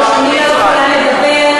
אדוני היושב-ראש,